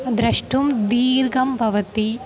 द्रष्टुं दीर्घं भवति